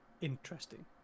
interesting